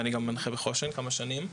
ואני גם מנחה בחוש"ן כמה שנים.